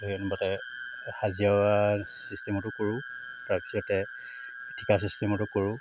সেই অনুপাতে হাজিৰা চিষ্টেমতো কৰোঁ তাৰপিছতে ঠিকা চিষ্টেমতো কৰোঁ